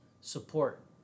support